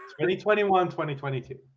2021-2022